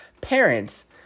parents